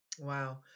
Wow